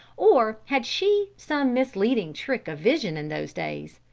or had she some misleading trick of vision in those days?